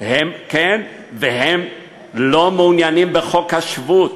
והם לא מעוניינים בחוק השבות.